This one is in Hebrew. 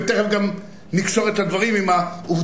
ותיכף גם נקשור את הדברים עם העובדה